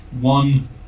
one